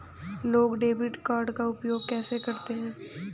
लोग debit card का उपयोग क्यों करते हैं?